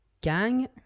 gang